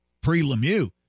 pre-Lemieux